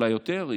אולי יותר,